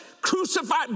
crucified